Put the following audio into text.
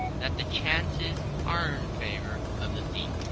that the chances are in favour of the thief,